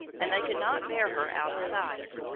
and they could not bear her out of sight.